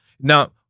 Now